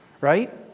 right